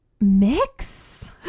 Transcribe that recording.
Mix